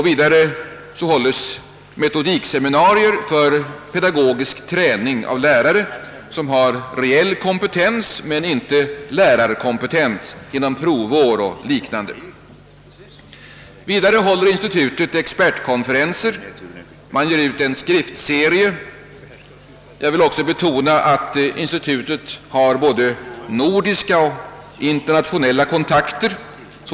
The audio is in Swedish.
Vidare hålles metodikseminarier för pedagogisk träning av lärare, vilka har reell kompetens men saknar lärarkompetens genom provår och liknande. Institutet håller också expertkonferenser och ger ut en skriftserie. Jag vill betona att institutet har både nordiska och andra internationella kontakter.